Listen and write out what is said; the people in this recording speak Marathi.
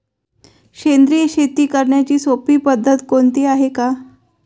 सेंद्रिय शेती करण्याची सोपी पद्धत कोणती आहे का?